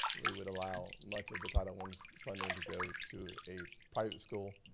we would allow much of the title one's funding to go to a private school,